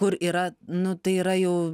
kur yra nu tai yra jau